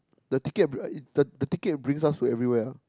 the ticket uh the ticket bring us to everywhere ah